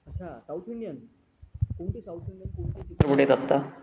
अच्छा south Indian कोणती south Indian कोणते चित्रपट आहेत आता